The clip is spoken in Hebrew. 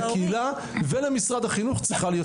ולקהילה ולמשרד החינוך צריכה להיות